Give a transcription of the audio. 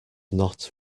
not